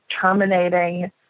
terminating